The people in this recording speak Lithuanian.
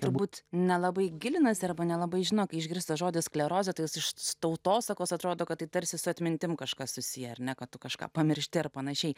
turbūt nelabai gilinasi arba nelabai žino kai išgirsta žodis sklerozė tai iš tautosakos atrodo kad tai tarsi su atmintim kažkas susiję ar ne kad tu kažką pamiršti ar pan